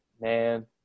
man